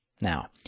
Now